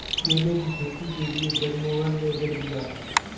केले की खेती के लिए बृजमोहन ने ऋण लिया है